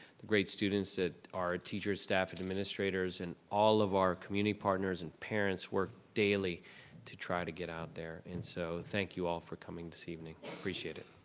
great students that our teachers, staff, and administrators and all of our community partners and parents work daily to try to get out there. and so thank you all for coming to see him, appreciate it.